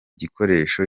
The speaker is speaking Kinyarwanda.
gikoresho